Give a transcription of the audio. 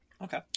Okay